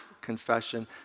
confession